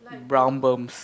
brown berm